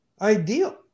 Ideal